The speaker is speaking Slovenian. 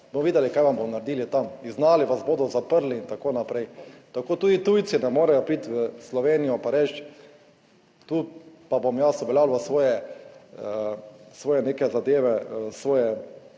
Bomo videli kaj vam bomo naredili tam. Izgnali vas bodo zaprli in tako naprej. Tako tudi tujci ne morejo priti v Slovenijo pa reči, tu pa bom jaz uveljavljal svoje neke zadeve